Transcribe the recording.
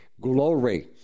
Glory